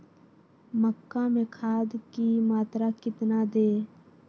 मक्का में खाद की मात्रा कितना दे?